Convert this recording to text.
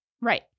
Right